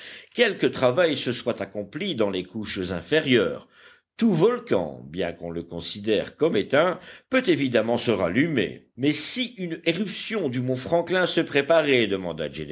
quelque travail se soit accompli dans les couches inférieures tout volcan bien qu'on le considère comme éteint peut évidemment se rallumer mais si une éruption du mont franklin se préparait demanda